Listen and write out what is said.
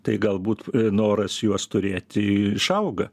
tai galbūt noras juos turėti išauga